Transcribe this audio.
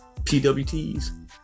PWTs